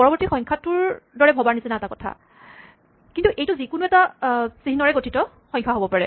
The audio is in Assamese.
পৰবৰ্তী সংখ্যাটোৰ দৰে ভৱাৰ নিচিনা এটা কথা কিন্তু এইটো যিকোনো এটা চিহ্নৰে গঠিত সংখ্যা হ'ব পাৰে